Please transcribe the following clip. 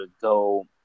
go